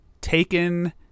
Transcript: taken